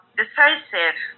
decisive